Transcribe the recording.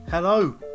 Hello